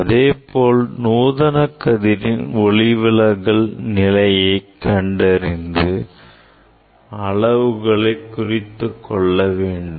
அதேபோல் நூதன கதிரின் ஒளிவிலகல் நிலையை கண்டறிந்து அளவுகளை குறித்துக் கொள்ள வேண்டும்